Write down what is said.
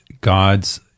God's